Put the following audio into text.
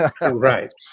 Right